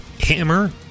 hammer